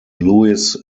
lewis